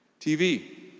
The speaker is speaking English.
TV